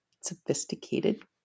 sophisticated